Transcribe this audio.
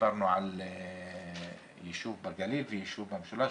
ודיברנו על יישוב בגליל ויישוב במשולש.